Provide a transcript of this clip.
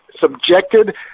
subjected